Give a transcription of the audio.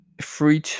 free